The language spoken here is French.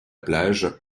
plage